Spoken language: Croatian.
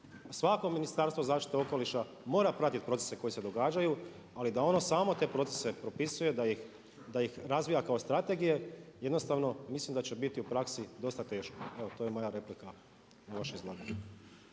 Svako Ministarstvo zaštite okoliša mora pratiti procese koji se događaju ali da ono samo te procese propisuje, da ih razvija kao strategije jednostavno mislim da će biti u praksi dosta teško. Evo to je moja replika na vaše izlaganje.